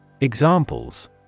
Examples